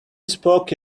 spoke